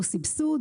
או סבסוד,